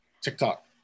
TikTok